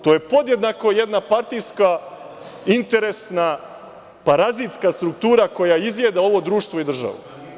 To je podjednako jednopartijska, interesna, parazitska struktura koja izjeda ovo društvo i državu.